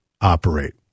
operate